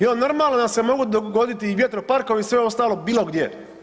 I onda normalno da se mogu dogoditi i vjetroparkovi i sve ostalo bilo gdje.